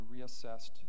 reassessed